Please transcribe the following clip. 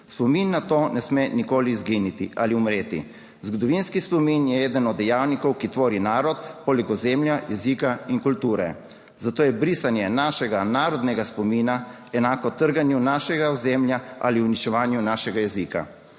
Spomin na to ne sme nikoli izginiti ali umreti. Zgodovinski spomin je eden od dejavnikov, ki tvori narod poleg ozemlja, jezika in kulture, zato je brisanje našega narodnega spomina enako trganju našega ozemlja ali uničevanju našega jezika."